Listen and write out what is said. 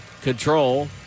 control